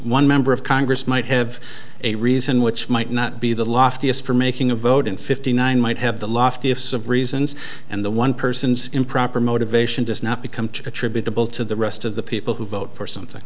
one member of congress might have a reason which might not be the loftiest for making a vote in fifty nine might have the lofty ifs of reasons and the one person's improper motivation does not become attributable to the rest of the people who vote for something